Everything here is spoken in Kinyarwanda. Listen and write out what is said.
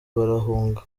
barahunga